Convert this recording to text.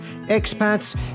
expats